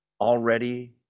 already